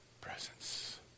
presence